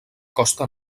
costa